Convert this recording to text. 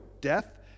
death